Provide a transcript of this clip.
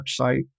website